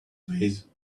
vase